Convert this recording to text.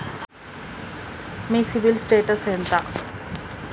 మీ CIBIL status ఎంత?